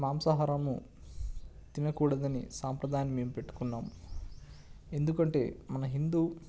మాంసాహారము తినకూడదని సాంప్రదాయం మేము పెట్టుకున్నాము ఎందుకంటే మన హిందు